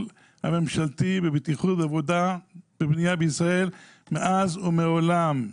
הממשלתי בבטיחות בעבודה במדינת ישראל מאז ומעולם.